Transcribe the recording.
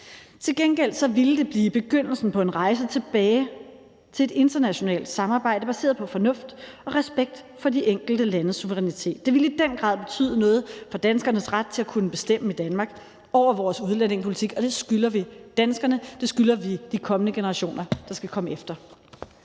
Til gengæld ville det blive begyndelsen på en rejse tilbage til et internationalt samarbejde baseret på fornuft og respekt for de enkelte landes suverænitet. Det ville i den grad betyde noget for danskernes ret til at kunne bestemme i Danmark over vores udlændingepolitik, og det skylder vi danskerne, og det skylder vi de generationer, der skal komme efter.